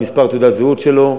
במספר תעודת זהות שלו,